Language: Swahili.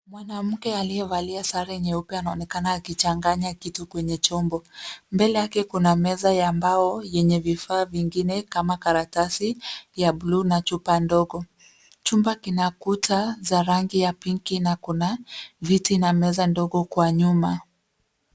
Mwanamke aliyavalia sare nyeupe anaonekana akichanganya kitu kwenye chombo. Mbele yake kuna meza ya mbao yenye vifaa vingine kama karatasi ya blue , na chupa ndogo. Chumba kina kuta za rangi ya pingi, na kuna viti na meza ndogo, kwa nyuma.